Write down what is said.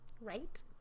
Right